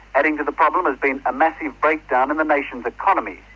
adding to the problem has been a massive breakdown in the nation's economy.